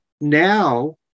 now